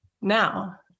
Now